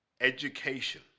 education